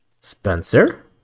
Spencer